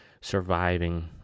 surviving